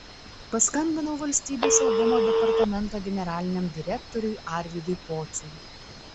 paskambinau valstybės saugumo departamento generaliniam direktoriui arvydui pociui